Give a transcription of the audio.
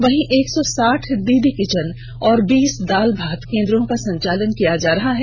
वहीं एक सौ साठ दीदी कीचन और बीस दाल भात केंद्रों का संचालन किया जा रहा है